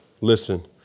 listen